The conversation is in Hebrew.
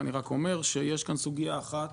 אני רק אומר שיש כאן סוגיה אחת